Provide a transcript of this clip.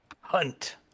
hunt